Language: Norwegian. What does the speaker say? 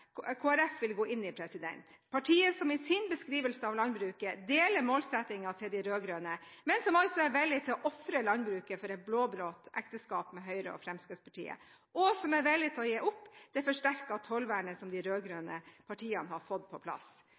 vil gå inn i, partiet som i sin beskrivelse av landbruket deler målsettingen til de rød-grønne, men som er villig til å ofre landbruket for et blå-blått ekteskap med Høyre og Fremskrittspartiet, og som er villig til å gi opp det forsterkede tollvernet som de rød-grønne partiene har fått på plass.